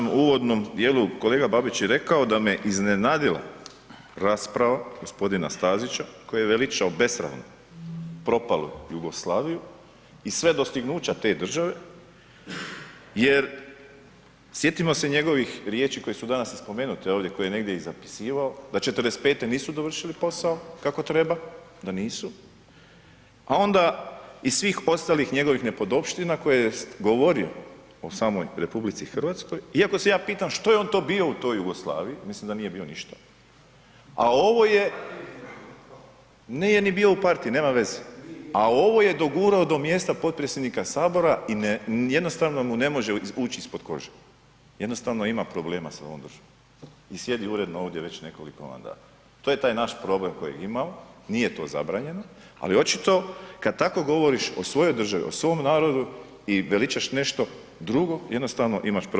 Zato sam u uvodnom dijelu kolega Babić i rekao da me iznenadila rasprava g. Stazića koji je veličao besramno propalu Jugoslaviju i sve dostignuća te države jer sjetimo se njegovih riječi koje su danas i spomenute ovdje koje je negdje i zapisivao, da '45.-te nisu dovršili posao kako treba, da nisu, a onda iz svih ostalih njegovih nepodopština koje je govorio o samoj RH, iako se ja pitam što je on to bio u toj Jugoslaviji, mislim da nije bio ništa, a ovo je … [[Upadica iz klupe se ne razumije]] nije ni bio u partiji, nema veze, a ovo je dogurao do mjesta potpredsjednika HS i ne, jednostavno mu ne može uć ispod kože, jednostavno ima problema sa ovom državom i sjedi uredno ovdje već nekoliko mandata, to je taj naš problem kojeg imamo, nije to zabranjeno, ali očito kad tako govoriš o svojoj državi, o svom narodu i veličaš nešto drugo, jednostavno imaš problem sa sobom.